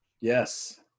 yes